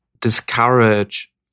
discourage